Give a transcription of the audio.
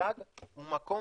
וממוזג הוא מקום